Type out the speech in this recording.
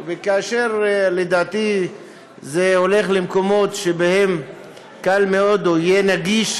וכאשר לדעתי זה הולך למקומות שבהם קל מאוד או יהיה נגיש